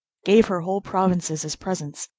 gave her whole provinces as presents,